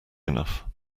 enough